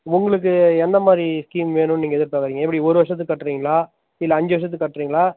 உங்களுக்கு எந்தமாதிரி ஸ்கீம் வேணும்னு நீங்கள் எதிர்பார்க்குறீங்க எப்படி ஒரு வருஷத்துக்கு கட்டுறீங்களா இல்லை அஞ்சு வருஷத்துக்கு கட்டுறீங்களா